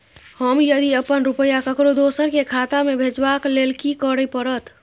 हम यदि अपन रुपया ककरो दोसर के खाता में भेजबाक लेल कि करै परत?